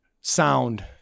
sound